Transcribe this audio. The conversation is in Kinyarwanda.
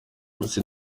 ese